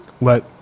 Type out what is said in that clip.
let